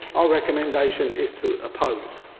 our recommendation is to oppose.